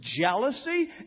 jealousy